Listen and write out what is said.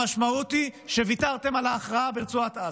המשמעות היא שוויתרתם על ההכרעה ברצועת עזה.